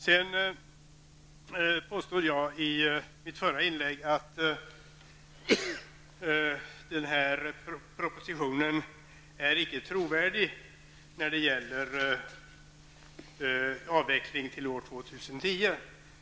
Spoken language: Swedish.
Jag sade i mitt förra inlägg att propositionen icke är trovärdig när det gäller avvecklingen till år 2010.